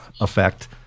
effect